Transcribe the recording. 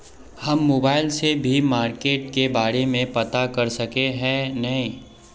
हम मोबाईल से भी मार्केट के बारे में पता कर सके है नय?